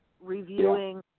reviewing